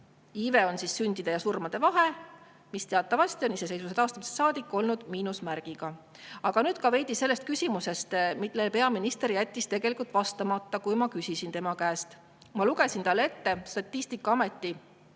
Iive on sündide ja surmade vahe, mis on teatavasti iseseisvuse taastamisest saadik olnud miinusmärgiga. Aga nüüd ka veidi sellest küsimusest, millele peaminister jättis tegelikult vastamata, kui ma seda küsisin tema käest. Ma lugesin talle Statistikaameti